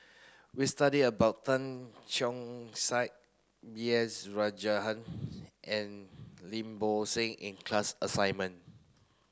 we study about Tan Keong Saik B S Rajhan and Lim Bo Seng in class assignment